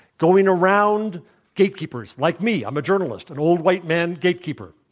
going around gatekeepers like me, i'm a journalist, an old white man gatekeeper.